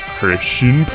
Christian